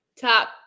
top